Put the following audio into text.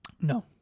No